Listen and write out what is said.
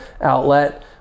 outlet